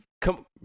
come